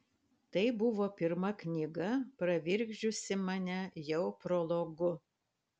tai buvo pirma knyga pravirkdžiusi mane jau prologu